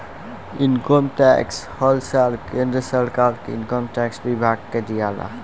income tax हर साल केंद्र सरकार के इनकम टैक्स विभाग के दियाला